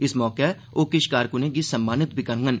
इस मौके ओह् किष कारकुनें गी सम्मानित बी करडन